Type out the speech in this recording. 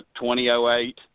2008